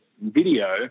video